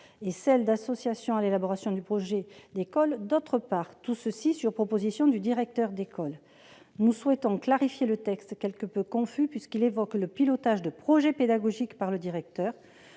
et l'association à l'élaboration du projet d'école, sur proposition du directeur d'école. Nous souhaitons clarifier le texte, qui est quelque peu confus, puisqu'il évoque le pilotage du projet pédagogique par le directeur.